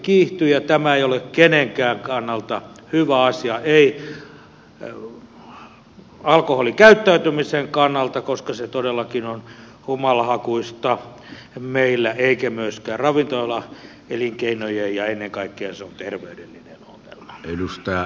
ja tämä ei ole kenenkään kannalta hyvä asia ei alkoholikäyttäytymisen kannalta koska se todellakin on humalahakuista meillä eikä myöskään ravintolaelinkeinojen kannalta ja ennen kaikkea se on terveydellinen ongelma